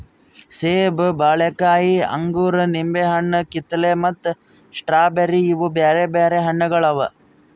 ಸೇಬ, ಬಾಳೆಕಾಯಿ, ಅಂಗೂರ, ನಿಂಬೆ ಹಣ್ಣು, ಕಿತ್ತಳೆ ಮತ್ತ ಸ್ಟ್ರಾಬೇರಿ ಇವು ಬ್ಯಾರೆ ಬ್ಯಾರೆ ಹಣ್ಣುಗೊಳ್ ಅವಾ